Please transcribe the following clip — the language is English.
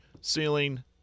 ceiling –